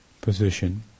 position